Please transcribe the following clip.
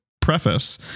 preface